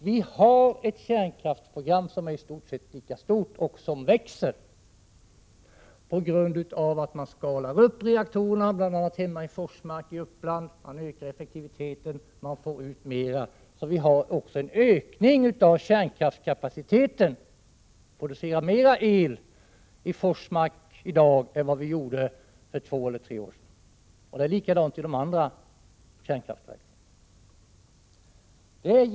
Vi har ett kärnkraftsprogram som är i stort sett lika stort och som växer, på grund av att man skalar upp reaktorerna, bl.a. i Forsmark hemma i Uppland. Man ökar effektiviteten och får ut mera. Det sker alltså en ökning av kärnkraftskapaciteten — man producerar i dag mer el i Forsmark än för två eller tre år sedan, och det är likadant i de andra kärnkraftverken.